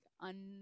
un